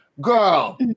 Girl